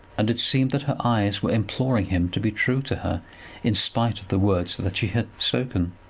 and it seemed that her eyes were imploring him to be true to her in spite of the words that she had spoken.